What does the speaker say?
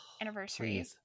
anniversary